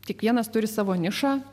kiekvienas turi savo nišą